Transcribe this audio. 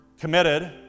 committed